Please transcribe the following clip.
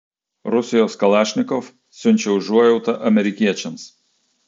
rusijos kalašnikov siunčia užuojautą amerikiečiams